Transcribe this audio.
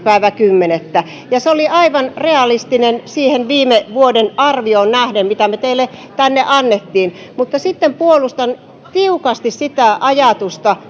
kymmenettä ja se oli aivan realistinen siihen viime vuoden arvioon nähden mitä me teille tänne annoimme mutta sitten puolustan tiukasti sitä ajatusta